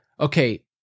okay